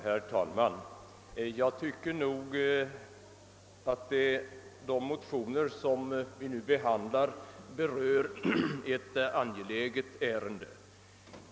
Herr talman! Jag tycker att de motioner som vi nu behandlar gäller ett angeläget ärende.